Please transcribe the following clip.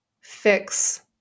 fix